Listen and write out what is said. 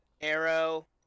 Arrow